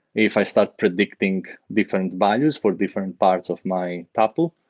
if i start predicting different value for different parts of my topple,